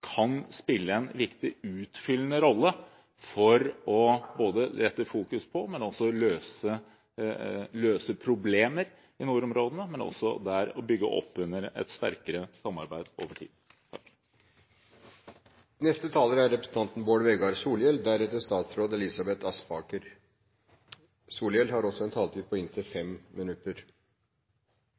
kan spille en viktig utfyllende rolle for både å rette fokus på og løse problemer i nordområdene, og også for å bygge opp under et sterkere samarbeid over tid. Det nordiske samarbeidet er viktig – det meiner òg SV. Mi oppfatning er at Nordisk råd på mange måtar har